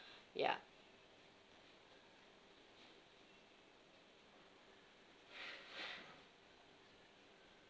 ya